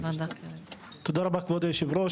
תודה רבה כבוד היו"ר,